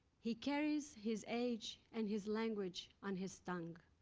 he carries his age and his language on his tongue.